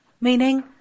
Meaning